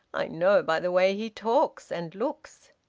i know by the way he talks and looks.